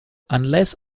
unless